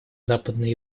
западной